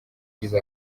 igize